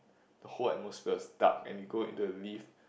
the whole atmosphere is dark and you go into the lift